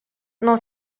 non